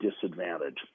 disadvantage